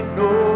no